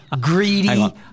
greedy